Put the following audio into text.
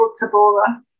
Tabora